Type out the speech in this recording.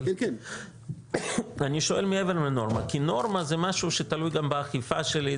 אבל אני שואל מעבר לנורמה כי נורמה זה משהו שתלוי גם באכיפה שלי,